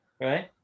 Right